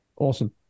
awesome